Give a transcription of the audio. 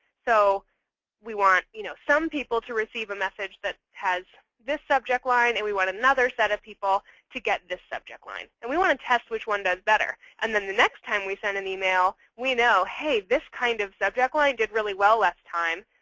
so we want you know some people to receive a message that has this subject line. and we want another set of people to get this subject line. and we want to test which one does better. and then the next time we send an email, we know, hey this kind of subject line did really well last time.